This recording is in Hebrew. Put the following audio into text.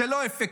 זה לא אפקטיבי.